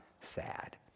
sad